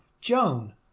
Joan